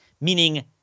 meaning